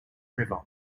river